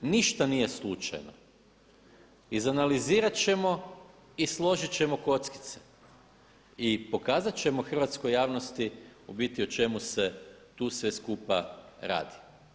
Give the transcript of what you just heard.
Ništa nije slučajno, izanalizirat ćemo i složit ćemo kockice i pokazat ćemo hrvatskoj javnosti u biti o čemu se tu sve skupa radi.